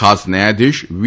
ખાસ ન્યાયાધીશ વી